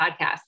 podcast